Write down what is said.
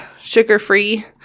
sugar-free